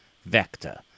vector